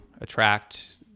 attract